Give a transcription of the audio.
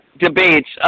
debates